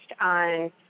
on